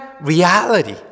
reality